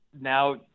now